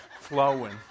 flowing